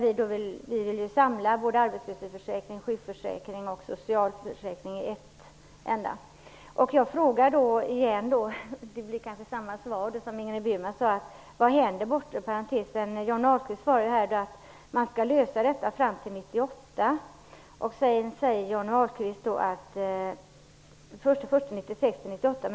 Vi vill samla sjukförsäkring, arbetslöshetsförsäkring och socialförsäkring i ett enda sammanhang. Jag frågar återigen: Vad händer bortom den bortre parentesen? Johnny Ahlqvist sade att man skall lösa den frågan under tiden från 1 januari 1996 fram till 1998.